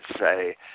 say